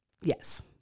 yes